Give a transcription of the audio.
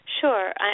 Sure